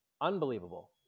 Unbelievable